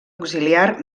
auxiliar